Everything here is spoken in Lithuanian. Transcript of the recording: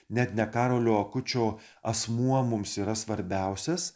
net ne karolio akučio asmuo mums yra svarbiausias